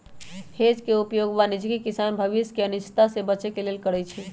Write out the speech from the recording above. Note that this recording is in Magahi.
हेज के उपयोग वाणिज्यिक किसान भविष्य के अनिश्चितता से बचे के लेल करइ छै